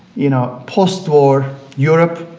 you know, post-war europe,